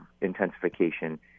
intensification